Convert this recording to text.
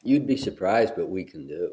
you'd be surprised but we can